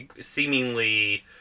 seemingly